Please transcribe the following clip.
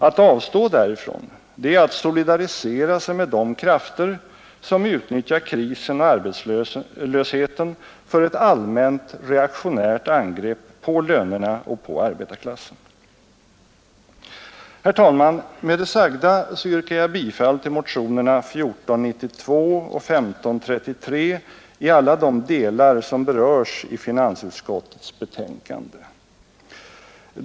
Att avstå därifrån är att solidarisera sig med de krafter, som utnyttjar krisen och arbetslösheten för ett allmänt reaktionärt angrepp på lönerna och på arbetarklassen. Herr talman! Jag yrkar bifall till motionerna 1492 och 1533 i alla de delar som berörs i finansutskottets betänkande nr 47.